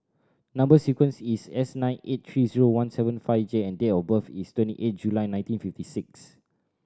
number sequence is S nine eight three zero one seven five J and date of birth is twenty eight July nineteen fifty six